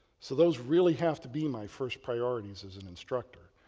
so, those really have to be my first priorities as an instructor.